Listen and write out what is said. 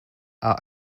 are